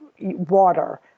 water